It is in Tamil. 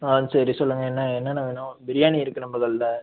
ஆ சரி சொல்லுங்கள் என்ன என்னென்ன வேணும் பிரியாணி இருக்குது நம்ம கடையில்